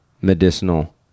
medicinal